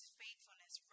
faithfulness